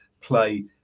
play